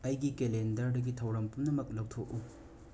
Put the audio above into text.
ꯑꯩꯒꯤ ꯀꯦꯂꯦꯟꯗꯔꯗꯒꯤ ꯊꯧꯔꯝ ꯄꯨꯝꯅꯃꯛ ꯂꯧꯊꯣꯛꯎ